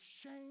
shame